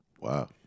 Wow